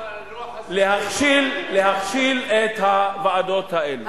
להכשיל את הוועדות האלה.